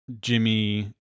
Jimmy